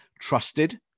trusted